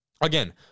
again